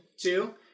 Two